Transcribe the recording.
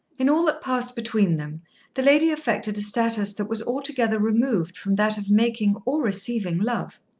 in all that passed between them the lady affected a status that was altogether removed from that of making or receiving love.